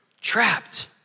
Trapped